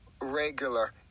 regular